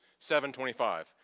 7.25